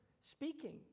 Speaking